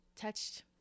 touched